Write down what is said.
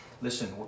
Listen